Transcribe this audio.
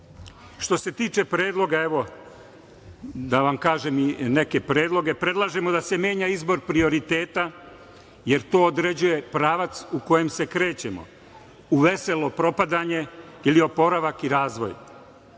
se tiče predloga, evo da vam kažem i neke predloge. Predlažemo da se menja izbor prioriteta, jer to određuje pravac u kojem se krećemo u veselo propadanje ili oporavak i razvoj.